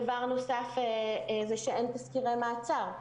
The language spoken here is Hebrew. דבר נוסף הוא שאין תסקירי מעצר.